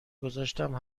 گذاشتم